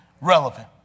relevant